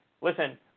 listen